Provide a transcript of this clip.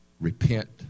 repent